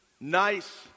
nice